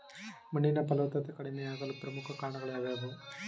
ಮಣ್ಣಿನ ಫಲವತ್ತತೆ ಕಡಿಮೆಯಾಗಲು ಪ್ರಮುಖ ಕಾರಣಗಳು ಯಾವುವು?